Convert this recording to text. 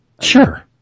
Sure